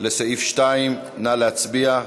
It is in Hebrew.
לסעיף 2. נא להצביע.